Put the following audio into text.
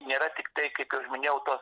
nėra tiktai kaip jau minėjau tos